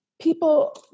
people